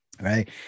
right